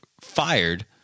fired